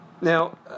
Now